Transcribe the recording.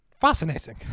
Fascinating